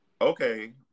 okay